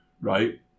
right